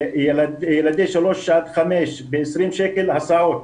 ילדי 3 עד 5 ב-20 שקל הסעות.